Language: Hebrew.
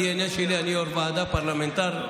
בדנ"א שלי אני יו"ר ועדה, פרלמנטר.